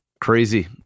Crazy